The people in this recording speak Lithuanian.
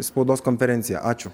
spaudos konferencija ačiū